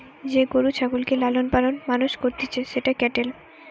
যে গরু ছাগলকে লালন পালন মানুষ করতিছে সেটা ক্যাটেল